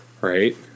right